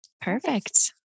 Perfect